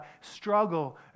struggle